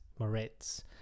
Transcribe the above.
Moretz